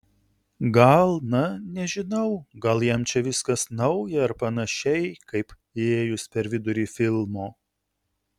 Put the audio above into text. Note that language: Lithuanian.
gal na nežinau gal jam čia viskas nauja ar panašiai kaip įėjus per vidurį filmo